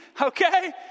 Okay